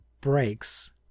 breaks